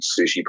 sushi